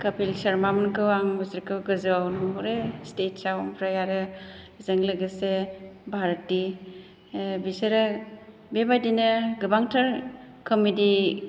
कपिल शर्मामोनखौ आं बिसोरखौ गोजौआव नुहरो स्टेजआव ओमफ्राय आरो जों लोगोसे भारति बिसोरो बेबादिनो गोबांथार कमेडि